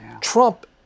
Trump